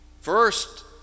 First